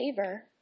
favor